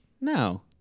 No